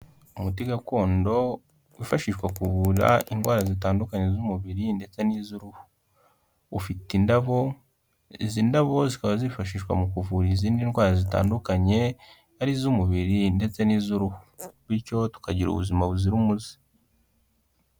Umuti gakondo wifashishwa kuvura indwara zitandukanye z'umubiri ndetse n'iz'uruhu. Ufite indabo, izi ndabo zikaba zifashishwa mu kuvura izindi ndwara zitandukanye ari iz'umubiri ndetse n'iz'uruhu, bityo tukagira ubuzima buzira umuze.